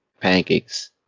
pancakes